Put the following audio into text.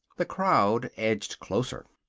the crowd edged closer.